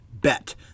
bet